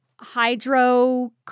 Hydro